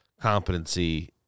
competency